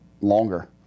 longer